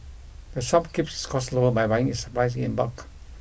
the shop keeps costs low by buying its supplies in bulk